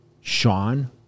Sean